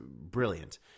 Brilliant